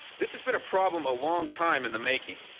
this has been a problem a long time in the making.